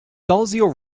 dalziel